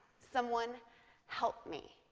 someone help me.